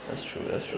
that's true that's true